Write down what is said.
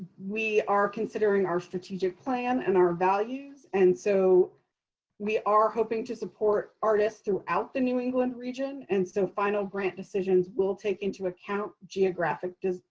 we are considering our strategic plan and our values. and so we are hoping to support artists throughout the new england region. and so final grant decisions will take into account geographic diversity,